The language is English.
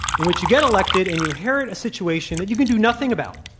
in which you get elected and you inherit a situation that you can do nothing about,